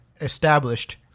Established